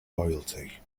loyalty